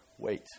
wait